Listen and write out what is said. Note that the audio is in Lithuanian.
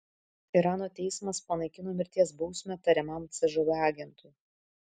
irano teismas panaikino mirties bausmę tariamam cžv agentui